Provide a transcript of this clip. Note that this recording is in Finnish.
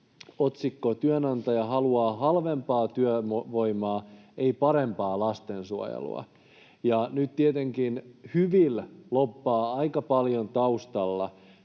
otsikko: ”Työnantaja haluaa halvempaa työvoimaa, ei parempaa lastensuojelua.” Ja nyt tietenkin Hyvil lobbaa aika paljon taustalla: